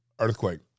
earthquake